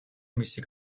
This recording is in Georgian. მისი